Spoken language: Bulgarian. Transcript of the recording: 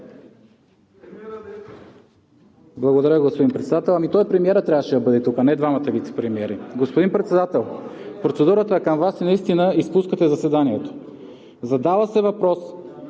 Благодаря, господин Председател. Ами той, премиерът, трябваше да бъде тук, а не двамата вицепремиери. Господин Председател, процедурата е към Вас. Наистина изпускате заседанието. Задава се въпрос,